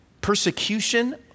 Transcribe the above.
persecution